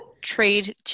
trade